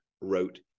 wrote